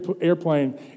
airplane